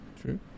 true